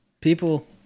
People